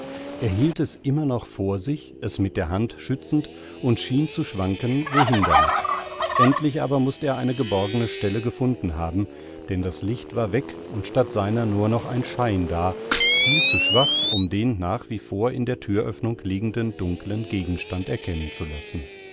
hielt es immer noch vor sich es mit der hand schützend und schien zu schwanken wohin damit endlich aber mußt er eine geborgene stelle gefunden haben denn das licht selbst war weg und statt seiner nur noch ein schein da viel zu schwach um den nach wie vor in der thüröffnung liegenden dunklen gegenstand erkennen zu lassen